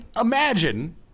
imagine